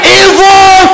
evil